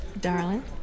Darling